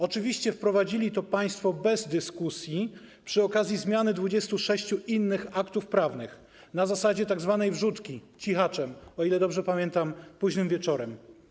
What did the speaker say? Oczywiście wprowadzili to państwo bez dyskusji, przy okazji zmiany 26 innych aktów prawnych, na zasadzie tzw. wrzutki, cichaczem, o ile dobrze pamiętam, późnym wieczorem.